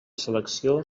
selecció